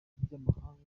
by’amahanga